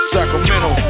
Sacramento